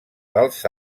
dels